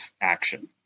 action